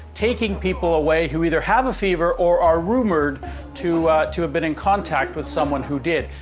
taking people away who either have a fever or are rumored to to have been in contact with someone who did.